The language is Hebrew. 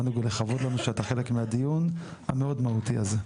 לכבוד לנו שאתה חלק מהדיון המאוד מהותי הזה.